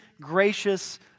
gracious